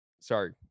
Sorry